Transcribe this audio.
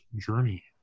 journey